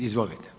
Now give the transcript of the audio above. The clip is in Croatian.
Izvolite.